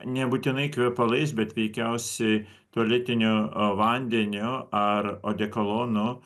nebūtinai kvepalais bet veikiausiai tualetiniu vandeniu ar odekolonu